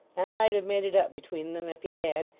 i might have made it up between them, if he had.